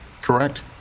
correct